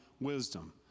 wisdom